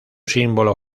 símbolo